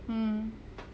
mm